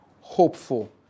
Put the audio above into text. hopeful